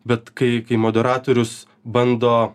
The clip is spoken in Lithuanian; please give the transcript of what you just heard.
bet kai kai moderatorius bando